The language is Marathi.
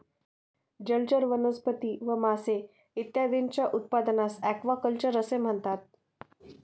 जलचर वनस्पती व मासे इत्यादींच्या उत्पादनास ॲक्वाकल्चर असे म्हणतात